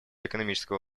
экономического